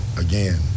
Again